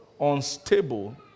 unstable